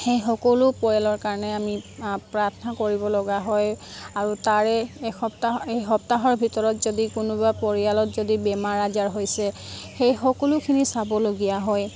সেই সকলো পৰিয়ালৰ কাৰণে আমি প্ৰাৰ্থনা কৰিব লগা হয় আৰু তাৰে এসপ্তাহত এসপ্তাহৰ ভিতৰত যদি কোনোবা পৰিয়ালত যদি বেমাৰ আজাৰ হৈছে সেই সকলোখিনি চাবলগীয়া হয়